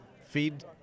feed